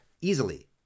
easily